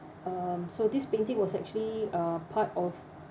um so this painting was actually uh part of